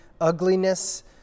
ugliness